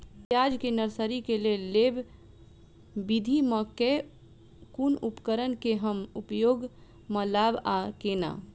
प्याज केँ नर्सरी केँ लेल लेव विधि म केँ कुन उपकरण केँ हम उपयोग म लाब आ केना?